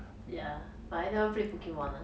ya but I never play pokemon ah